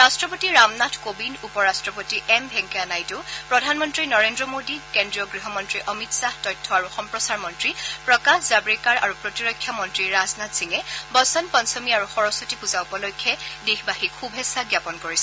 ৰাট্টপতি ৰামনাথ কোবিন্দ উপ ৰাট্টপতি এম ভেংকায়া নাইডু প্ৰধানমন্ত্ৰী নৰেন্দ্ৰ মোদী কেন্দ্ৰীয় গৃহমন্ত্ৰী অমিত শ্বাহ তথ্য আৰু সম্প্ৰচাৰ মন্ত্ৰী প্ৰকাশ জাৱড়েকাৰ আৰু প্ৰতিৰক্ষা মন্ত্ৰী ৰাজনাথ সিঙে বসন্ত পঞ্চমী আৰু সবস্বতী পূজা উপলক্ষে দেশবাসীক শুভেচ্ছা জ্ঞাপন কৰিছে